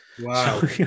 wow